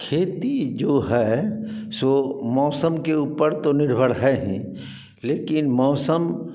खेती जो है सो मौसम के ऊपर तो निर्भर है ही लेकिन मौसम